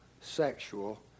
sexual